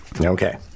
okay